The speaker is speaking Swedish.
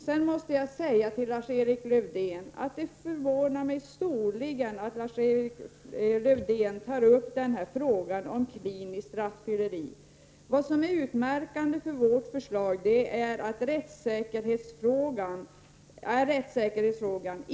Jag måste säga till Lars-Erik Lövdén att det förvånar mig storligen att Lars-Erik Lövdén tar upp frågan om kliniskt rattfylleri. Vad som är utmärkande för vårt förslag är just rättssäkerhetsfrågan.